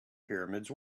pyramids